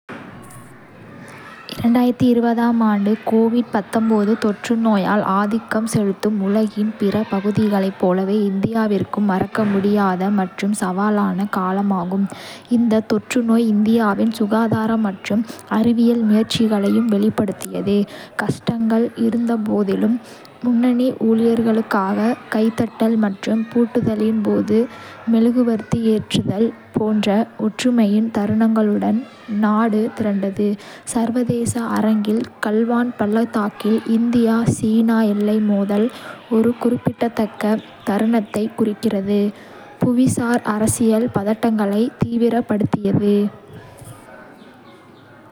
2020 ஆம் ஆண்டு, கோவிட்-19 தொற்றுநோயால் ஆதிக்கம் செலுத்தும் உலகின் பிற பகுதிகளைப் போலவே இந்தியாவிற்கும் மறக்க முடியாத மற்றும் சவாலான காலமாகும். இந்த தொற்றுநோய் இந்தியாவின் சுகாதார மற்றும் அறிவியல் முயற்சிகளையும் வெளிப்படுத்தியது. கஷ்டங்கள் இருந்தபோதிலும், முன்னணி ஊழியர்களுக்காக கைதட்டல் மற்றும் பூட்டுதலின் போது மெழுகுவர்த்தி ஏற்றுதல் போன்ற ஒற்றுமையின் தருணங்களுடன் நாடு திரண்டது. சர்வதேச அரங்கில், கல்வான் பள்ளத்தாக்கில் இந்தியா-சீனா எல்லை மோதல் ஒரு குறிப்பிடத்தக்க தருணத்தைக் குறித்தது, புவிசார் அரசியல் பதட்டங்களை தீவிரப்படுத்தியது.